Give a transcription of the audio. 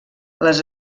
les